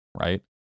right